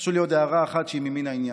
תרשו לי עוד הערה אחת שהיא ממין העניין.